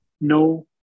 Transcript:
no